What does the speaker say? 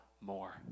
more